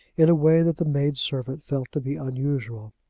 in a way that the maid-servant felt to be unusual.